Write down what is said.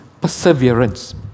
perseverance